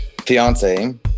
fiance